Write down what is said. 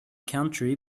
country